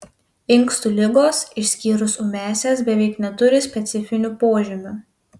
inkstų ligos išskyrus ūmiąsias beveik neturi specifinių požymių